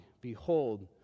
behold